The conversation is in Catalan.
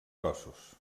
cossos